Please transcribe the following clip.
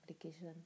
application